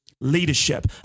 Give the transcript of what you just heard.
Leadership